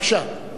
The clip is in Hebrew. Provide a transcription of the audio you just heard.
בבקשה.